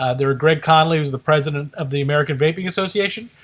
ah they are greg conley, who's the president of the american vaping association,